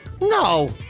No